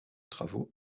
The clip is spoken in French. travaux